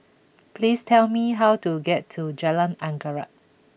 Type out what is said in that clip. please tell me how to get to Jalan Anggerek